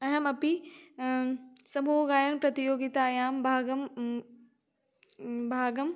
अहम् अपि समूहगायनप्रतियोगितायां भागः भागः